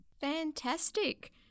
Fantastic